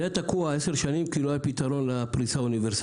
זה היה תקוע 10 שנים כי לא היה פתרון לפריסה האוניברסלית.